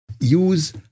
use